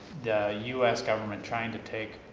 the u s. government trying to take